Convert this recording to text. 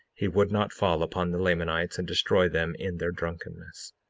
he would not fall upon the lamanites and destroy them in their drunkenness.